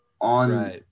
on